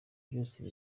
byose